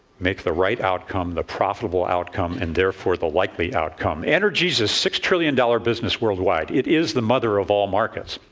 make the right outcome, the profitable outcome, and therefore the likely outcome. energy's a six-trillion-dollar business worldwide. it is the mother of all markets.